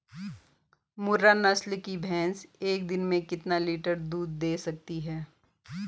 मुर्रा नस्ल की भैंस एक दिन में कितना लीटर दूध दें सकती है?